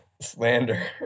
slander